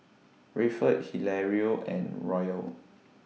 Rayford Hilario and Royal